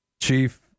Chief